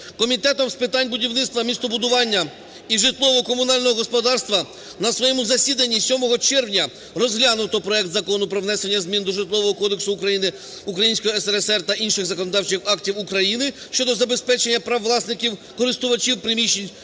Комітетом з питань будівництва, містобудування і житлово-комунального господарства на своєму засіданні 7 червня розглянуто проект Закону про внесення змін до Житлового кодексу Української СРСР та інших законодавчих актів України щодо забезпечення прав власників (користувачів) приміщень